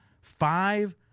Five